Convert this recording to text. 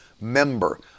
member